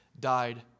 died